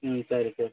ம் சரி சரி